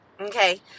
okay